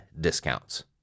discounts